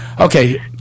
Okay